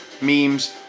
memes